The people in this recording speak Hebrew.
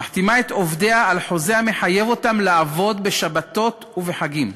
מחתימה את עובדיה על חוזה המחייב אותם לעבוד בשבתות ובחגים,